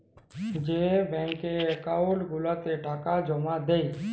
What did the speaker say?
যেই ব্যাংকের একাউল্ট গুলাতে টাকা জমা দেই